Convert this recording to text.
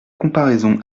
comparaison